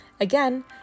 Again